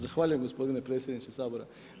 Zahvaljujem gospodine predsjedniče Sabora.